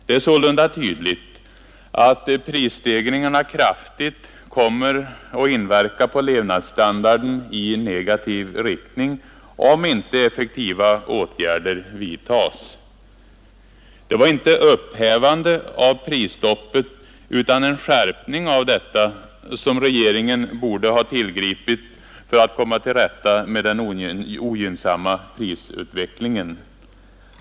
Det är sålunda tydligt att prisstegringarna kraftigt kommer att inverka på levnadsstandarden i negativ riktning, om inte effektiva åtgärder vidtas. Det var inte upphävandet av prisstoppet, utan en skärpning av detta, som regeringen borde ha tillgripit för att komma till rätta med den ogynnsamma prisutvecklingen.